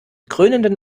krönenden